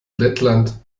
lettland